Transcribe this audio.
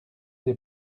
des